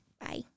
Bye